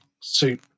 soup